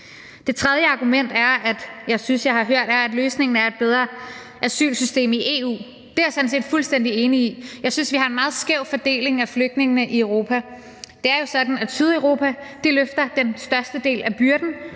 Det tredje argument, jeg synes jeg har hørt, er, at løsningen er et bedre asylsystem i EU. Det er jeg sådan set fuldstændig enig i. Jeg synes, vi har en meget skæv fordeling af flygtningene i Europa. Det er jo sådan, at Sydeuropa løfter den største del af byrden.